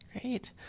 Great